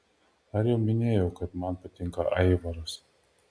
ar jau minėjau kad man patinka aivaras